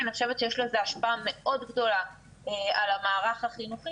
אני חושבת שיש לזה השפעה מאוד גדולה על המערך החינוכי